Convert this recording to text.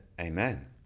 amen